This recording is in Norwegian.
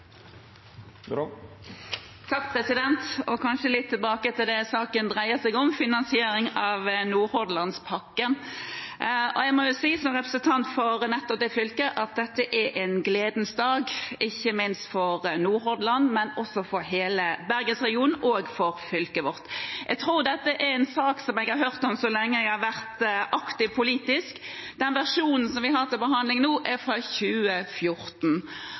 Tilbake til det saken dreier seg om: finansiering av Nordhordlandspakken. Jeg må si, som representant for nettopp det fylket, at dette er en gledens dag, ikke minst for Nordhordland, men også for hele Bergens-regionen og for fylket vårt. Jeg tror dette er en sak jeg har hørt om så lenge jeg har vært politisk aktiv. Den versjonen vi har til behandling nå, er fra 2014.